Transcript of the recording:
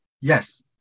Yes